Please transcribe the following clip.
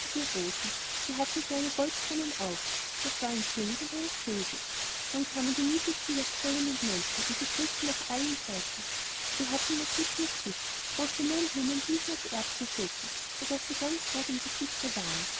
rosen die hatten kleine goldkronen auf das war ein könig und eine königin dann kamen die niedlichsten levkojen und nelken und sie grüßten nach allen seiten sie hatten musik mit sich große mohnblumen bliesen auf erbsenschoten sodaß sie ganz rot im gesichte waren